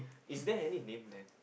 is there any name then